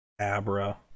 Abra